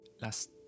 last